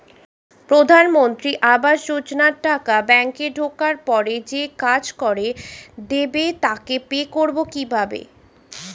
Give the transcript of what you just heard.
প্রধানমন্ত্রী আবাস যোজনার টাকা ব্যাংকে ঢোকার পরে যে কাজ করে দেবে তাকে পে করব কিভাবে?